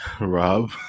Rob